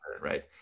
right